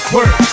Work